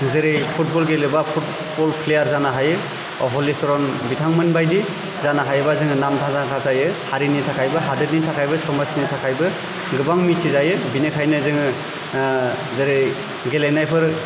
जेरै फुटबल गेलेबा football player जानो हायो हलिचरन बिथांमोनबादि जानो हायोबा नामदांखा जायो हारिनि थाखायबो हाददनि थाखायबो समाजनि थाखायबो गोबां मिथिजायो बिनिखायनो जोङो जेरै गेलेनायफोर